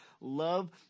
love